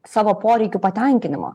savo poreikių patenkinimo